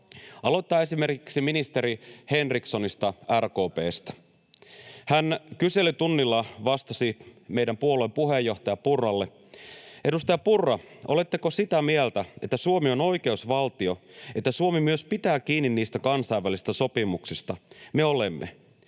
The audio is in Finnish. Aloitetaan esimerkiksi ministeri Henrikssonista, RKP:stä. Hän kyselytunnilla vastasi meidän puolueemme puheenjohtaja Purralle: ”Edustaja Purra, oletteko sitä mieltä, että Suomi on oikeusvaltio, että Suomi myös pitää kiinni niistä kansainvälisistä sopimuksista? Me olemme.